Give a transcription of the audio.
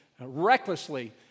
recklessly